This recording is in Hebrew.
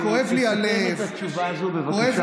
תסכם את התשובה הזאת, בבקשה.